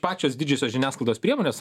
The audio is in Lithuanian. pačios didžiosios žiniasklaidos priemonės